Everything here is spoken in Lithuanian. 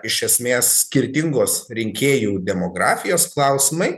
iš esmės skirtingos rinkėjų demografijos klausimai